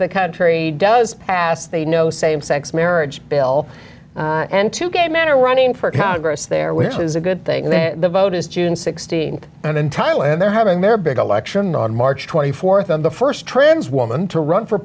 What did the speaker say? the country does pass they know same sex marriage bill and two gay men are running for congress there which is a good thing then the vote is june sixteenth and in thailand they're having their big election on march twenty fourth and the first trans woman to run for